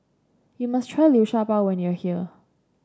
you must try Liu Sha Bao when you are here